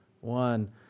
one